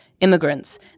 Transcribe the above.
immigrants